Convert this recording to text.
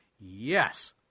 Yes